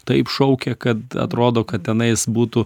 taip šaukia kad atrodo kad tenais būtų